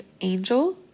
angel